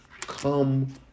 come